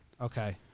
Okay